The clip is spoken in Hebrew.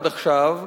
עד עכשיו,